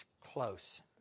close